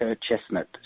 chestnut